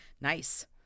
Nice